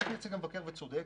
הציג נציג המבקר, ובצדק,